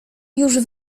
już